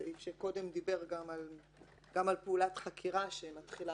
הסעיף שדיבר קודם גם על פעולת חקירה שמתחילה